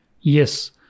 Yes